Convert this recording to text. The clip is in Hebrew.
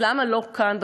אז למה לא כאן,